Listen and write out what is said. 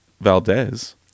Valdez